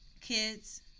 kids